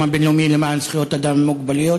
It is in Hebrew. הבין-לאומי למען זכויות אדם עם מוגבלויות,